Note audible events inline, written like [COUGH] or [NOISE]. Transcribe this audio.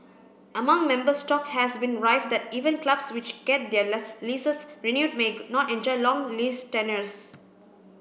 among members talk has been rife that even clubs which get their [UNINTELLIGIBLE] leases renewed may not enjoy long lease tenures